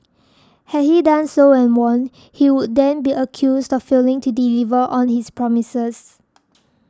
had he done so and won he would then be accused of failing to deliver on his promises